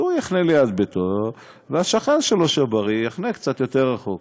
שהוא יחנה ליד ביתו והשכן שלו הבריא יחנה קצת יותר רחוק.